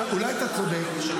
אולי אתה צודק.